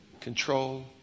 control